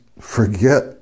forget